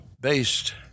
based